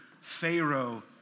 Pharaoh